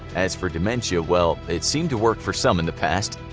as for dementia, well, it seemed to work for some in the past.